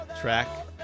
Track